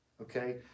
okay